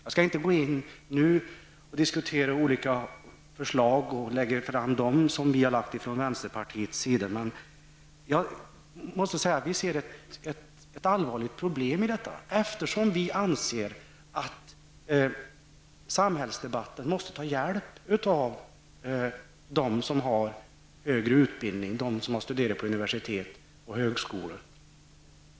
Jag skall inte nu diskutera de olika förslag som vi har lagt fram från vänsterpartiets sida. Vi ser ett allvarligt problem i detta, eftersom vi anser att samhällsdebatten framöver måste ta hjälp av dem som har högre utbildning och har studerat på universitet och högskolor.